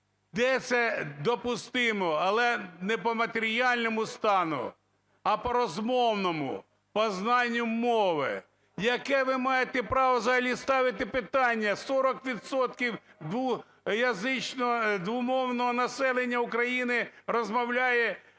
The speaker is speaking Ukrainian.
де це допустимо. Але не по матеріальному стану, а по розмовному, по знанню мови. Яке ви маєте право взагалі ставити питання: 40 відсотків двомовного населення України розмовляє